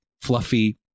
fluffy